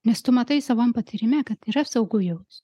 nes tu matai savam patyrime kad yra saugu jaus